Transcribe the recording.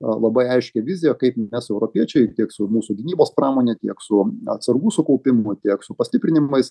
labai aiškią viziją kaip mes europiečiai tiek su mūsų gynybos pramone tiek su atsargų sukaupimu tiek su pastiprinimais